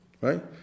right